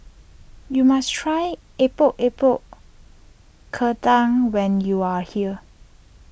you must try Epok Epok Kentang when you are here